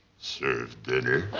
serve dinner? oh,